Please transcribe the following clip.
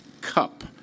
cup